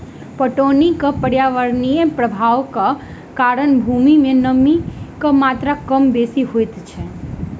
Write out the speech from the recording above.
पटौनीक पर्यावरणीय प्रभावक कारणेँ भूमि मे नमीक मात्रा कम बेसी होइत अछि